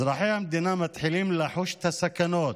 אזרחי המדינה מתחילים לחוש את הסכנות,